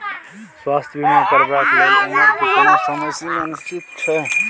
स्वास्थ्य बीमा करेवाक के लेल उमर के कोनो समय सीमा निश्चित छै?